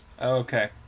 Okay